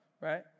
right